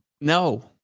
No